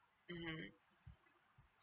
mm